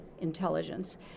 intelligence